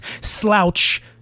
slouch